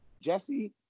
Jesse